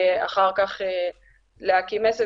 ואחר כך להקים עסק.